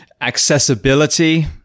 accessibility